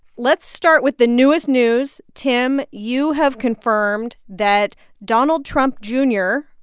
let's start with the newest news. tim, you have confirmed that donald trump jr.